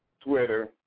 Twitter